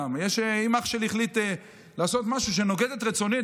אם אח שלי החליט לעשות משהו שנוגד את רצוני,